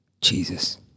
Jesus